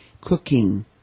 cooking